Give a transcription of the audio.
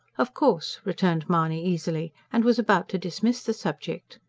of course, returned mahony easily, and was about to dismiss the subject.